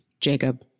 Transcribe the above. Jacob